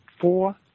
four